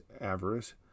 avarice